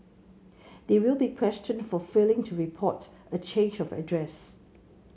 they will be questioned for failing to report a change of address